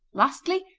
lastly,